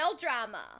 drama